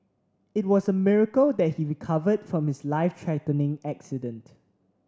it was a miracle that he recovered from his life threatening accident